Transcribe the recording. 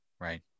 right